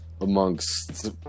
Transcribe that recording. amongst